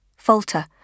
Falter